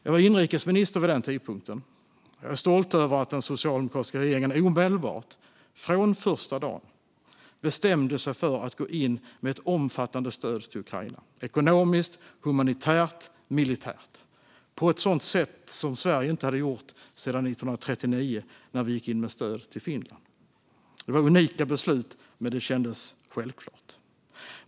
Jag var inrikesminister vid den tidpunkten, och jag är stolt över att den socialdemokratiska regeringen omedelbart, från första dagen, bestämde sig för att gå in med ett omfattande stöd till Ukraina - ekonomiskt, humanitärt och militärt - på ett sätt som Sverige inte gjort sedan 1939, när vi gick in med stöd till Finland. Det var unika beslut, men det kändes självklart.